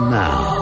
now